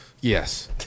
Yes